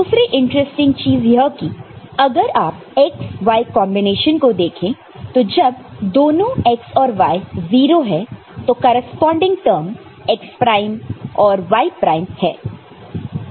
दूसरी इंट्रस्टिंग चीज यह कि अगर आप xy कॉन्बिनेशन को देखें तो जब दोनों x और y 0 है तो करेस्पॉन्डिंग टर्म x प्राइम और y प्राइम है